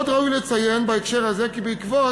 עוד ראוי לציין בהקשר הזה כי בעקבות